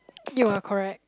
you are correct